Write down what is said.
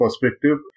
perspective